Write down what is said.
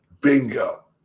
Bingo